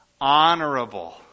honorable